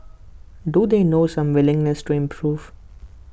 do they know some willingness to improve